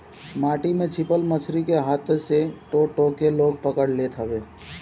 माटी में छिपल मछरी के हाथे से टो टो के लोग पकड़ लेत हवे